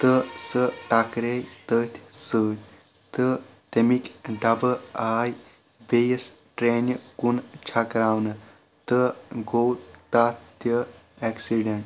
تہٕ سۄ ٹکریٚیہِ تٔتھۍ سۭتۍ تہٕ تمِکۍ ڈبہٕ آے بیٚیِس ٹرینہِ کُن چھکراونہٕ تہٕ گوٚو تتھ تہِ اٮ۪کسہِ ڈینٛٹ